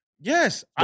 Yes